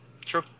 True